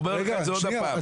אני אומר לך את זה עוד פעם.